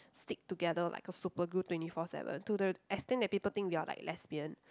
stick together like a super glue twenty four seven to the extent that people think we are like lesbian